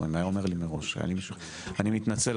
אני מתנצל,